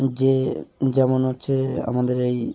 যে যেমন হচ্ছে আমাদের এই